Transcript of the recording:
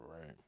right